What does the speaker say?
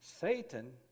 Satan